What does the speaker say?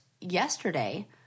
yesterday